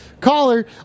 Caller